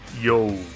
Yo